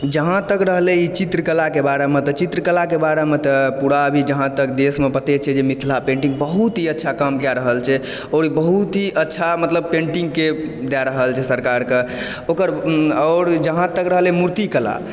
जहाँ तक रहलै ई चित्रकलाके बारे मे चित्रकलाके बारेमे तऽ पूरा अभी जहाँ तक देशमे पते छै जे मिथिला पेन्टिंग बहुत ही अच्छा काम कय रहल छै आओर बहुत ही अच्छा मतलब पेंटिंग कऽ दय रहल छै सरकारके ओकर आओर जहाँ तक रहलै मूर्ति कला